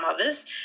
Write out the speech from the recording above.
others